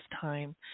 time